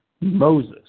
Moses